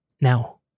now